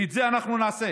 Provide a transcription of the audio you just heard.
ואת זה אנחנו נעשה.